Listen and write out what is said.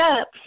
up